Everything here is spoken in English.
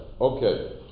Okay